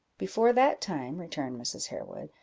before that time, returned mrs. harewood,